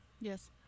Yes